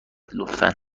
لطفا